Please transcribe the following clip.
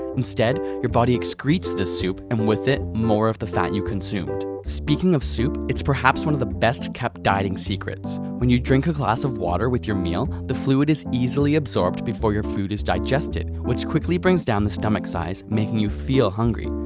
instead, your body excretes this soup and with it more of the fat you've consumed. speaking of soup, it's perhaps one of the best kept diet secrets. when you drink a glass of water with your meal, the fluid is easily absorbed before your food is digestid which quickly brings down the stomach size making you feel hungry.